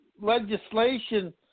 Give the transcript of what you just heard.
legislation